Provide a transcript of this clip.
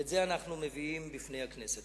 ואת זה אנחנו מביאים בפני הכנסת.